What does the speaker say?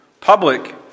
public